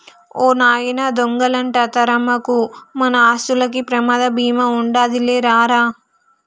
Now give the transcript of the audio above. ఓ నాయనా దొంగలంట తరమకు, మన ఆస్తులకి ప్రమాద బీమా ఉండాదిలే రా రా